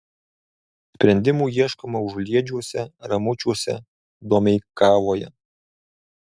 sprendimų ieškoma užliedžiuose ramučiuose domeikavoje